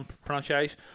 franchise